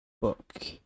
book